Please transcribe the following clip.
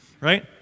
Right